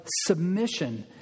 submission